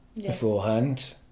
beforehand